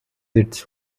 its